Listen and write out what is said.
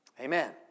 Amen